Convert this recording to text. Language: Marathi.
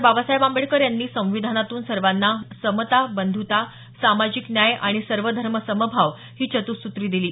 बाबासाहेब आंबेडकर यांनी संविधानातून सर्वांना समता बंध्ता सामाजिक न्याय आणि सर्वधर्मसमभाव ही चतुसूत्री दिली